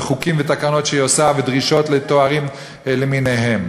בחוקים ותקנות שהיא עושה ובדרישות לתארים למיניהם.